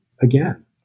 again